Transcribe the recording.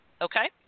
Okay